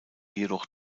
jedoch